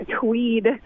tweed